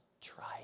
try